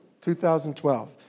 2012